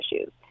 issues